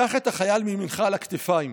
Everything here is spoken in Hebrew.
קח את החייל מימינך על הכתפיים,